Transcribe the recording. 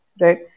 right